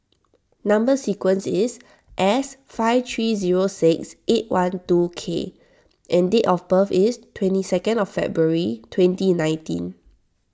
Number Sequence is S five three zero six eight one two K and date of birth is twenty second February twenty nineteen